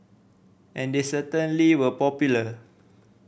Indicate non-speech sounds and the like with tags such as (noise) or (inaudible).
and they certainly were popular (noise)